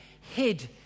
hid